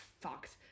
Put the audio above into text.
fucked